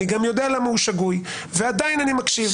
אני גם יודע למה הוא שגוי, ועדיין אני מקשיב.